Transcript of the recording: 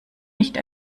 nicht